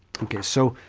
okay, so